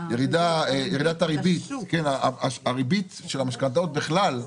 הריבית של המשכנתאות בכלל,